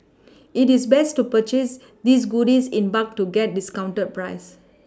it is best to purchase these goodies in bulk to get discounted prices